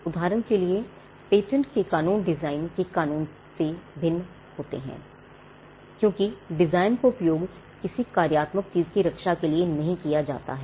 उदाहरण के लिए पेटेंट के कानून डिजाइन के कानून से भिन्न होते हैं क्योंकि डिजाइन का उपयोग किसी कार्यात्मक चीज की रक्षा के लिये नहीं किया जाता है